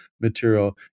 material